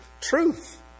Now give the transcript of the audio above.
truth